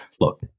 look